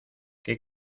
qué